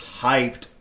hyped